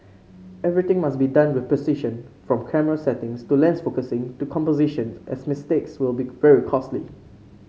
everything must be done with precision from camera settings to lens focusing to composition as mistakes will be very costly